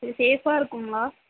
இது சேஃபாக இருக்குங்களா